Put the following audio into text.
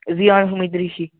Ziyan Ahmad Reshi